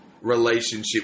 relationship